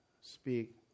speak